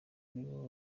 nibo